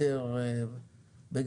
גם על ידי בדיקה וגם על ידי מסמכים.